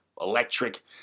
electric